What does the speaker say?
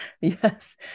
Yes